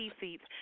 seats